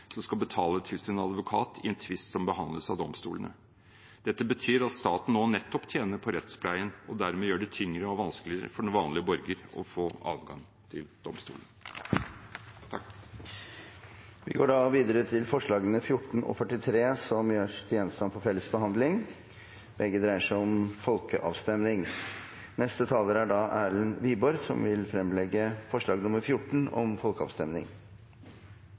skal betale til sin advokat i en tvist som behandles av domstolene. Dette betyr at staten nå nettopp tjener på rettspleien og dermed gjør det tyngre og vanskeligere for den vanlige borger å få adgang til domstolene. Flere har ikke bedt om ordet til grunnlovsforslag 36. På vegne av representanten Ulf Leirstein og undertegnede har jeg den glede å presentere forslaget, som er